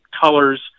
colors